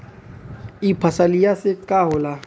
ई फसलिया से का होला?